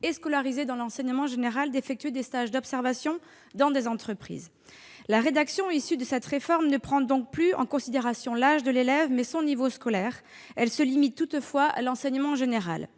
et scolarisés dans l'enseignement général d'effectuer des stages d'observation dans des entreprises. La rédaction issue de cette réforme prend donc en considération non plus l'âge de l'élève, mais son niveau scolaire. Elle se limite toutefois à l'enseignement général.